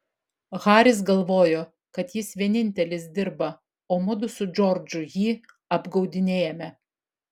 haris galvojo kad jis vienintelis dirba o mudu su džordžu jį apgaudinėjame